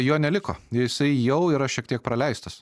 jo neliko jisai jau yra šiek tiek praleistas